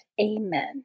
Amen